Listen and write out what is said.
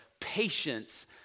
patience